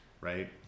right